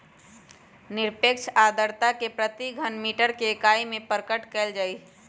निरपेक्ष आर्द्रता के प्रति घन मीटर के इकाई में प्रकट कइल जाहई